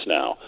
now